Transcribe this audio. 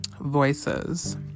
voices